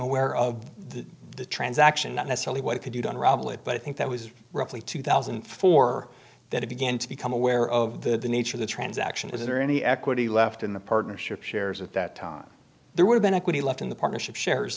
aware of the transaction not necessarily what could you done rabbit but i think that was roughly two thousand and four that it began to become aware of the nature of the transaction is there any equity left in the partnership shares at that time there would have been equity left in the partnership shares